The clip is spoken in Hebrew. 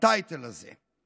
הטייטל הזה.